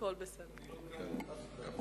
הכול כאן, אם אני לא כאן אף אחד לא כאן.